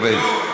פריג'.